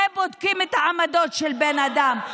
בזה בודקים את העמדות של בן אדם.